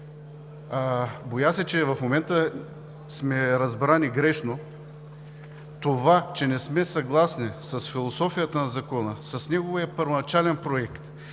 боя се, че в момента сме разбрани грешно. Това, че не сме съгласни с философията на Закона, с неговия първоначален проект,